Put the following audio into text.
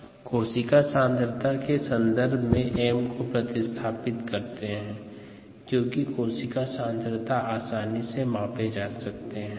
rgddt कोशिका सांद्रता के संदर्भ में m को प्रतिस्थापित करते हैं क्योंकि कोशिका सांद्रता आसानी से मापा जा सकते हैं